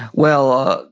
well,